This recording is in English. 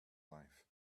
life